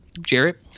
Jarrett